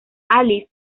alice